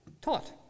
taught